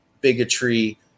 bigotry